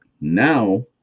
now